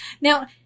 Now